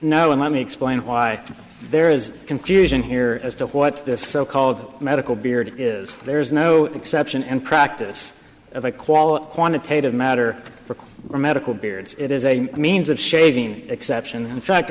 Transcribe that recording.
no and let me explain why there is confusion here as to what this so called medical beard is there is no exception and practice of a quality quantitative matter for america appearance it is a means of shaving exception in fact